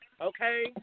Okay